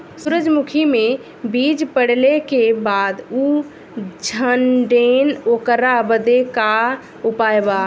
सुरजमुखी मे बीज पड़ले के बाद ऊ झंडेन ओकरा बदे का उपाय बा?